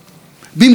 מה אתם מציעים?